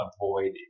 avoid